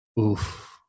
Oof